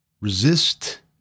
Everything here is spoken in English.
resist